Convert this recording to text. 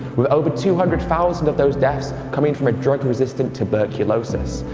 with over two hundred thousand of those deaths coming from a drug-resistant tuberculosis,